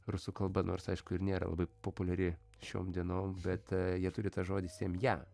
rusų kalba nors aišku ir nėra labai populiari šioms dienom bet jie turi tą žodį semja